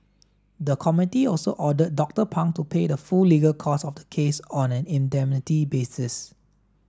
the committee also ordered Doctor Pang to pay the full legal costs of the case on an indemnity basis